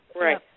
Right